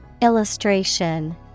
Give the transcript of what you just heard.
Illustration